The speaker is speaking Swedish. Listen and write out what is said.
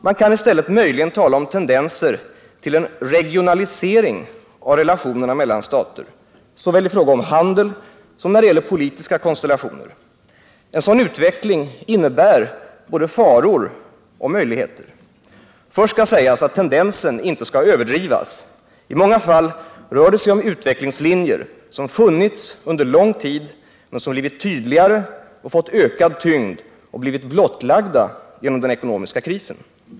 Man kan i stället möjligen tala om tendenser till en regionalisering av relationerna mellan stater, såväl i fråga om handel som när det gäller politiska konstellationer. En sådan utveckling innebär både faror och möjligheter. Först skall sägas att tendensen inte skall överdrivas. I många fall rör det sig om utvecklingslinjer som funnits under lång tid men som blivit tydligare och fått ökad tyngd och blivit blottlagda genom den ekonomiska krisen.